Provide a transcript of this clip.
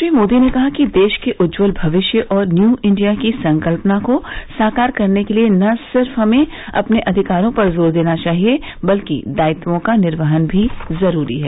श्री मोदी ने कहा कि देश के उज्ज्वल भविष्य और न्यू इण्डिया की संकल्यना को साकार करने के लिए न सिर्फ हमे अपने अधिकारों पर जोर देना चाहिए बल्कि दायित्वों का निर्वहन भी ज़रूरी है